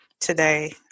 today